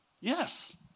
Yes